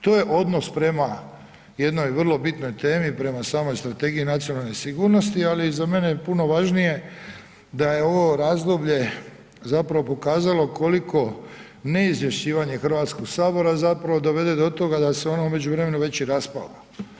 To je odnos prema jednoj vrlo bitnoj temi, prema samoj Strategiji nacionalne sigurnosti ali i za mene je puno važnije da je ovo razdoblje zapravo pokazalo koliko neizvješćivanje Hrvatskog sabora zapravo dovede do toga da se ono u međuvremenu već i raspalo.